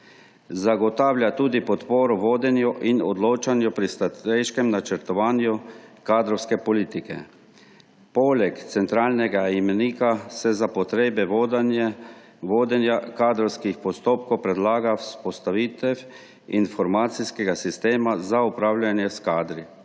Zagotavlja tudi podporo vodenju in odločanju pri strateškem načrtovanju kadrovske politike. Poleg centralnega imenika se za potrebe vodenja kadrovskih postopkov predlaga vzpostavitev informacijskega sistema za upravljanje s kadri,